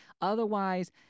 Otherwise